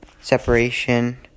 separation